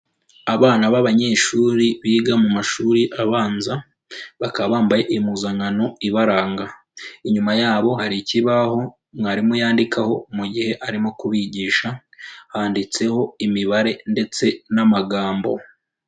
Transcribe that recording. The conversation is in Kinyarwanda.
Abana b'abanyeshuri biga mu mashuri abanza bakaba bambaye impuzankano ibaranga, inyuma yabo hari ikibaho mwarimu yandikaho mu gihe arimo kubigisha, handitseho imibare ndetse n'amagambo.